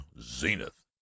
Zenith